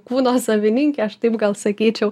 kūno savininkė aš taip gal sakyčiau